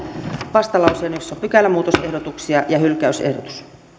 vastalauseen jossa on pykälämuutosehdotuksia ja hylkäysehdotus